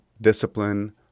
discipline